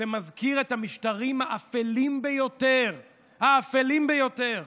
זה מזכיר את המשטרים האפלים ביותר, האפלים ביותר.